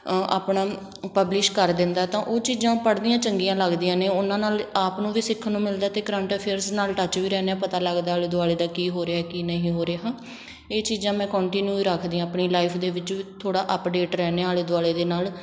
ਆਪਣਾ ਪਬਲਿਸ਼ ਕਰ ਦਿੰਦਾ ਤਾਂ ਉਹ ਚੀਜ਼ਾਂ ਪੜ੍ਹਨੀਆਂ ਚੰਗੀਆਂ ਲੱਗਦੀਆਂ ਨੇ ਉਹਨਾਂ ਨਾਲ ਆਪ ਨੂੰ ਵੀ ਸਿੱਖਣ ਨੂੰ ਮਿਲਦਾ ਅਤੇ ਕਰੰਟ ਅਫੇਅਰਸ ਨਾਲ ਟੱਚ ਵੀ ਰਹਿੰਦੇ ਹਾਂ ਪਤਾ ਲੱਗਦਾ ਆਲੇ ਦੁਆਲੇ ਦਾ ਕੀ ਹੋ ਰਿਹਾ ਕੀ ਨਹੀਂ ਹੋ ਰਿਹਾ ਇਹ ਚੀਜ਼ਾਂ ਮੈਂ ਕੌਂਟੀਨਿਊ ਹੀ ਰੱਖਦੀ ਹਾਂ ਆਪਣੀ ਲਾਈਫ ਦੇ ਵਿੱਚ ਥੋੜ੍ਹਾ ਅਪਡੇਟ ਰਹਿੰਦੇ ਹਾਂ ਆਲੇ ਦੁਆਲੇ ਦੇ ਨਾਲ